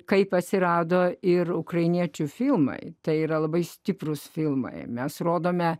kaip atsirado ir ukrainiečių filmai tai yra labai stiprūs filmai mes rodome